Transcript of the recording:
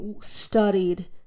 studied